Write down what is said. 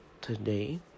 today